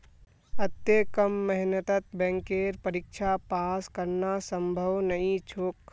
अत्ते कम मेहनतत बैंकेर परीक्षा पास करना संभव नई छोक